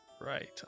right